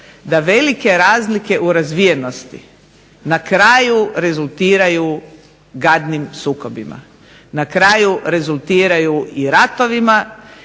da velike razlike u razvijenosti na kraju rezultiraju gadnim sukobima. Na kraju rezultiraju i ratovima